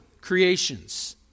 creations